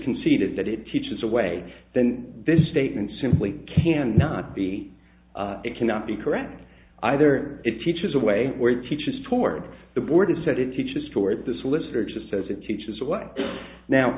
conceded that it teaches away then this statement simply cannot be it cannot be corrected either it teaches a way where teachers toward the board said it teaches toward the solicitor just says it teaches the way now